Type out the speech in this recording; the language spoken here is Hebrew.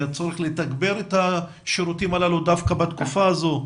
הצורך לתגבר את השירותים הללו דווקא בתקופה הזאת.